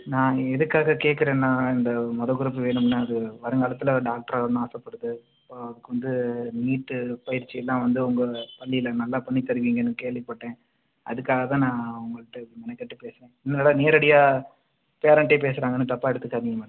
நான் எதற்காக கேட்குறேன்னா இந்த முத க்ரூப் வேணும்னா அது வருங்காலத்தில் டாக்டர் ஆகணும்னு ஆசைப்படுது ஸோ அதற்கு வந்து நீட்டு பயிற்சிலாம் வந்து உங்கள் பள்ளியில நல்லா பண்ணித்தருவீங்கன்னு கேள்விப்பட்டேன் அதற்காக தான் உங்கள்கிட்ட மெனக்கட்டு பேசுகிறேன் என்னடா நேரடியாக பேரண்ட்டே பேசுறாங்கன்னு தப்பா எடுத்துக்காதிங்க மேடம்